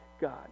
God